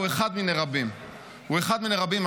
הוא אחד מני רבים.